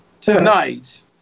tonight